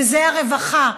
וזה הרווחה.